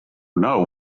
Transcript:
know